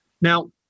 Now